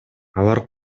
алар